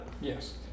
Yes